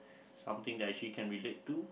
something that actually can relate to